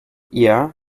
yeah